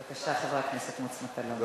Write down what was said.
בבקשה, חבר הכנסת מוץ מטלון.